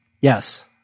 Yes